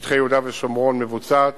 בשטחי יהודה ושומרון מבוצעת